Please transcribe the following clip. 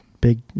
big